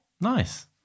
Nice